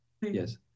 yes